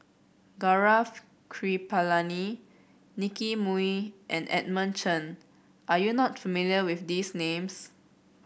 Gaurav Kripalani Nicky Moey and Edmund Chen are you not familiar with these names